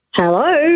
Hello